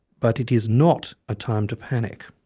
but it is not a time to panic.